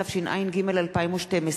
התשע"ג 2012,